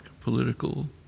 political